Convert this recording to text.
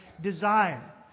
desire